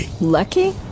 Lucky